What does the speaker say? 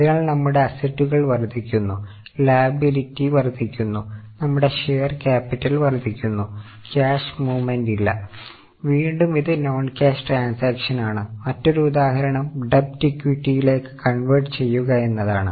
അതിനാൽ നമ്മുടെ അസ്സറ്റുകൾ വർദ്ധിക്കുന്നു ലയബിലിറ്റി കൻവേർട്ട് ചെയ്യുക എന്നതാണ്